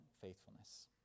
faithfulness